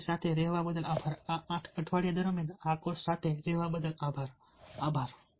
અમારી સાથે રહેવા બદલ આભાર આ 8 અઠવાડિયા દરમિયાન આ કોર્સ સાથે રહેવા બદલ આભાર